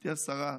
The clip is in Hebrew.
גברתי השרה,